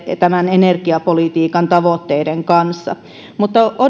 energiapolitiikan tavoitteiden kanssa mutta odotan